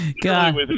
God